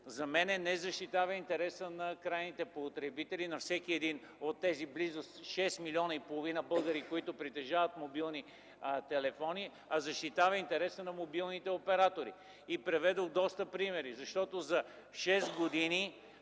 за мен не защитава интереса на крайните потребители, на всеки един от тези близо шест милиона и половина българи, които притежават мобилни телефони, а защитава интереса на мобилните оператори. Приведох доста примери, защото за шест години